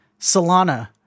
Solana